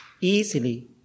Easily